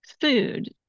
food